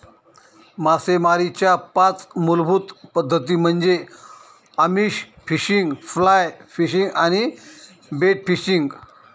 मासेमारीच्या पाच मूलभूत पद्धती म्हणजे आमिष फिशिंग, फ्लाय फिशिंग आणि बेट फिशिंग